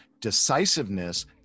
decisiveness